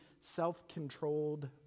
self-controlled